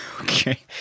Okay